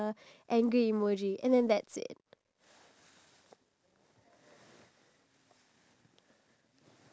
you're able to interact with different individuals who play the same game as you but at the same time you'll just